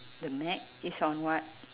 the meg is on what